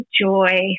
joy